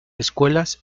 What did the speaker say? escuelas